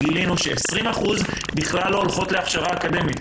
גילינו ש-20% בכלל לא הולכות להכשרה אקדמית.